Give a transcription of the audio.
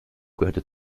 gehörte